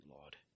Lord